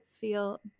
feel